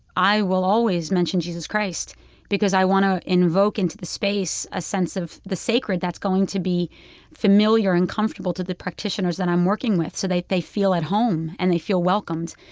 i will always mention jesus christ because i want to invoke into the space a sense of the sacred that's going to be familiar and comfortable to the practitioners that i'm working with so that they feel at home and they feel welcomed.